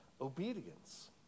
obedience